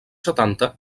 setanta